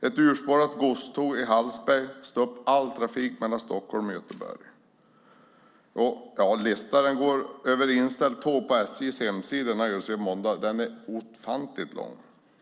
Ett urspårat godståg i Hallsberg stoppade all trafik mellan Stockholm och Göteborg. Ja, listan över inställda tåg på SJ:s hemsida sagda måndag var ofantligt lång.